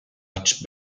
much